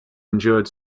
endured